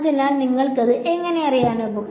അതിനാൽ നിങ്ങൾക്കത് എങ്ങനെ അറിയാനാകും